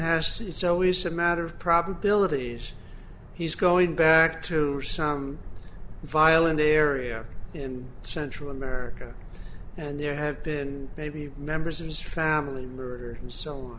has it's always a matter of probabilities he's going back to some violent there in central america and there have been maybe members of his family member and so